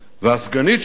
והסגנית שלו,